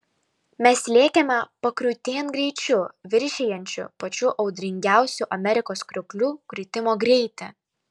mes lėkėme pakriūtėn greičiu viršijančiu pačių audringiausių amerikos krioklių kritimo greitį